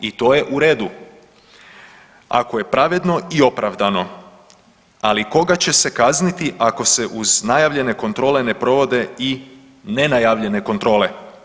I to je u redu ako je pravedno i opravdano, ali koga će se kazniti ako se uz najavljene kontrole ne provode i nenajavljene kontrole.